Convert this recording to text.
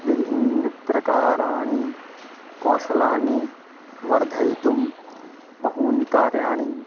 विभिन्नप्रकाराणि कौशलानि वर्धयितुं बहूनि कार्याणि